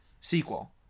sequel